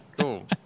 Cool